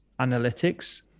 analytics